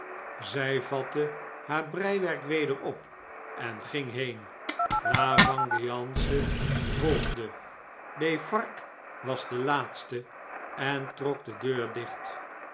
zjj vatte haar breiwerk weder op en ging heen lavengeance volgde defarge was de laatste en trok de deur dicht